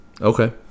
okay